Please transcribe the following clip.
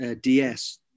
DS